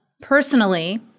personally